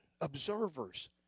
observers